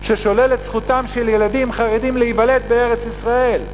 ששולל את זכותם של ילדים חרדים להיוולד בארץ-ישראל,